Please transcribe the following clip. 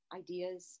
ideas